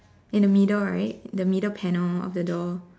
in the middle right the middle panel of the door